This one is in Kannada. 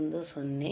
010